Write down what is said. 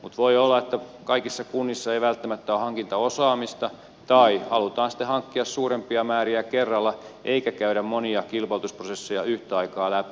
mutta voi olla että kaikissa kunnissa ei välttämättä ole hankintaosaamista tai halutaan sitten hankkia suurempia määriä kerralla eikä käydä monia kilpailutusprosesseja yhtä aikaa läpi